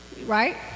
right